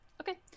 Okay